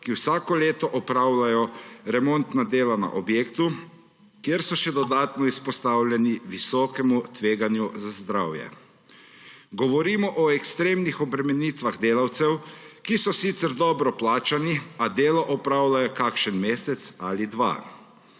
ki vsako leto opravljajo remontna dela na objektu, kjer so še dodatno izpostavljeni visokemu tveganju za zdravje. Govorimo o ekstremnih obremenitvah delavcev, ki so sicer dobro plačani, a delo opravljajo kakšen mesec ali dva.